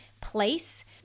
place